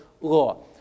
law